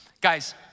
Guys